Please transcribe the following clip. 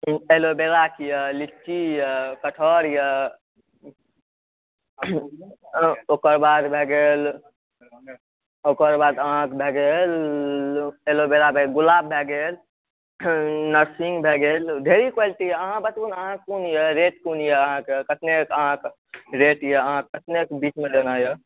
पायो देबायके यऽ लीची यऽ कठहर यऽ ओकर बाद भए गेल ओकर बाद अहाँके भए गेल एलो वीरा गुलाब भए गेल नर्सिंग भए गेल ढेरी क्वालिटी अइ अहाँ बताउ ने अहाँ क़ोन रेट क़ोन यऽ अहाँके कतने अहाँके रेट यऽ अहाँकेॅं कितने के बीचम लेनाइ यऽ